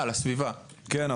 אתה לא יכול לחייב לקוח,